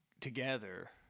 together